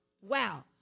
Wow